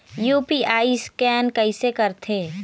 UPI scan कइसे करथे?